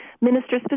minister